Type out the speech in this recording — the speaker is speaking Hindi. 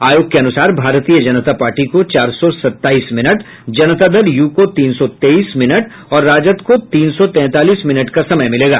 आयोग के अनुसार भारतीय जनता पार्टी को चार सौ सत्ताईस मिनट जनता दल यू को तीन सौ तेईस मिनट और राजद को तीन सौ तैंतालीस मिनट का समय मिलेगा